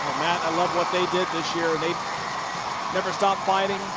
matt, i love what they did this year. they never stopped fighting.